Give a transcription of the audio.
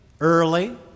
early